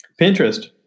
Pinterest